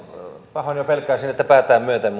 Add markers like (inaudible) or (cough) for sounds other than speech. pahoin jo pelkään että päätään myöten (unintelligible)